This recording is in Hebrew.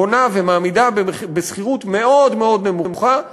דירות שהמדינה בונה ומעמידה לרשותם בשכירות מאוד מאוד נמוכה,